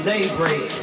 Daybreak